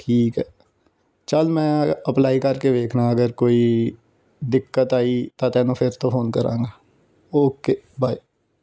ਠੀਕ ਹੈ ਚਲ ਮੈਂ ਅਪਲਾਈ ਕਰਕੇ ਵੇਖਣਾ ਅਗਰ ਕੋਈ ਦਿੱਕਤ ਆਈ ਤਾਂ ਤੈਨੂੰ ਫਿਰ ਤੋਂ ਫੋਨ ਕਰਾਂਗਾ ਓਕੇ ਬਾਏ